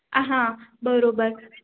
હા બરાબર